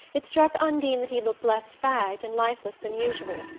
it struck undine that he looked less fagged and lifeless than usual,